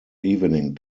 evening